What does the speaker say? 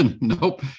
Nope